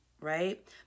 Right